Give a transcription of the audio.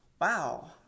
wow